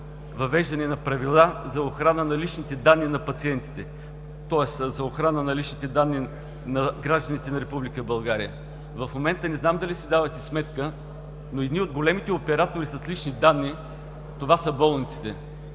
въвеждане на правила за охрана на личните данни на пациентите, тоест за охрана на личните данни на гражданите на Република България. В момента не знам дали си давате сметка, но едни от големите оператори с лични данни – това са болниците,